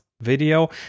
video